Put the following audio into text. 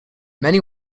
many